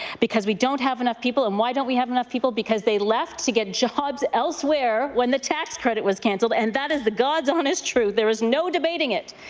because we don't have enough people, and why don't we have enough people? because they left to get jobs elsewhere when the tax credit was cancelled and that is the god's honest truth. there is no debating it.